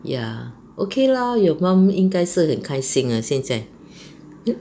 ya okay lah your mum 应该是很开心 lah 现在